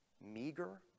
meager